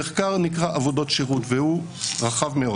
המחקר נקרא עבודות שירות והוא רחב מאוד.